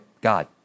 God